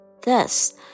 Thus